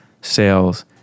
sales